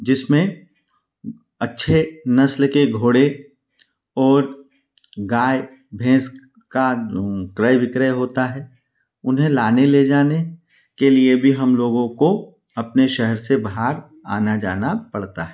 जिसमें अच्छी नस्ल के घोड़े और गाय भैंस का क्रय विक्रय होता है उन्हें लाने ले जाने के लिए भी हमलोगों को अपने शहर से बाहर आना जाना पड़ता है